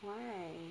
why